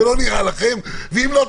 לא נראה לכם - ואם לא,